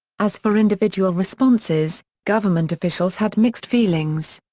as for individual responses, government officials had mixed feelings.